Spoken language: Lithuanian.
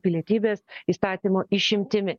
pilietybės įstatymo išimtimi